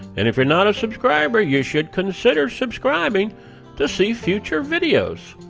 and if you're not a subscriber, you should consider subscribing to see future videos,